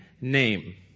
name